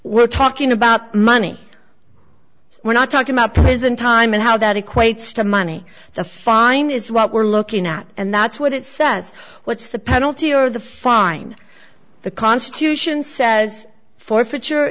we're talking about money we're not talking about prison time and how that equates to money the fine is what we're looking at and that's what it says what's the penalty or the fine the constitution says forfeiture